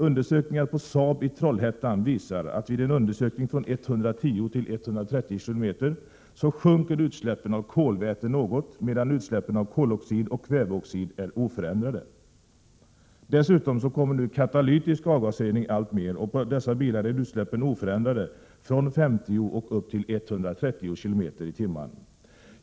Undersökningar på Saab i Trollhättan visar att vid en ökning från 110 till 130 km tim.